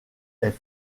est